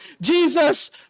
Jesus